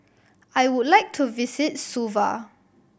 I would like to visit Suva